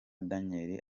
daniels